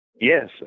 Yes